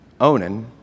Onan